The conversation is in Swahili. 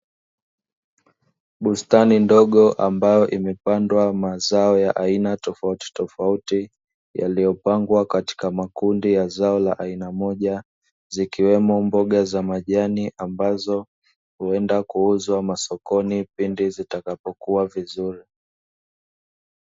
Bustani ndogo ambayo imepandwa mazao ya aina tofauti tofauti, yaliyopangwa katika makundi ya zao la aina moja, zikiwemo mboga za majani ambazo huenda kuuzwa masokoni pindi zitakapokuwa vizuri.